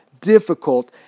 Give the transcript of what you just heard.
difficult